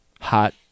hot